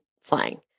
flying